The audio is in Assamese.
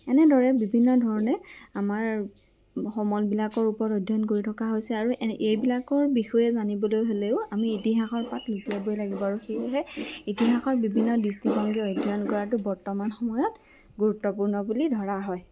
এনেদৰে বিভিন্ন ধৰণে আমাৰ সমলবিলাকৰ ওপৰত অধ্যয়ন কৰি থকা হৈছে আৰু এইবিলাকৰ বিষয়ে জানিবলৈ হ'লেও আমি ইতিহাসৰ পাত লুটিয়াবই লাগিব আৰু সেয়েহে ইতিহাসৰ বিভিন্ন দৃষ্টিভংগী অধ্যয়ন কৰাটো বৰ্তমান সময়ত গুৰুত্বপূৰ্ণ বুলি ধৰা হয়